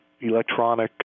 electronic